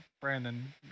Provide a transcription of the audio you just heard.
Brandon